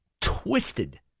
twisted